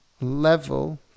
level